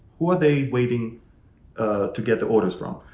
what they are waiting to get the orders from?